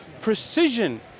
precision